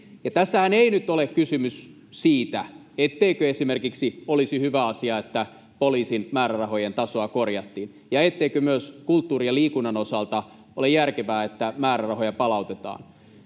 Tässähän ei nyt ole kysymys siitä, etteikö esimerkiksi olisi hyvä asia, että poliisin määrärahojen tasoa korjattiin, ja etteikö myös kulttuurin ja liikunnan osalta ole järkevää, että määrärahoja palautetaan.